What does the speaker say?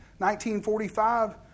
1945